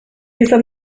izan